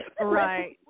Right